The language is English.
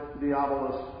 Diabolus